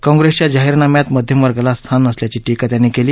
कॉंप्रेसच्या जाहीरनाम्यात मध्यमवर्गाला स्थान नसल्याची टीका त्यांनी केली